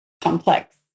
complex